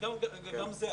גם זה.